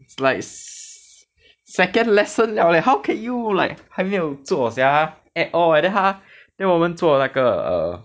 it's like se~ second lesson 了 leh how can you like 还没有做 sia at all leh then 他 then 我们做那个 err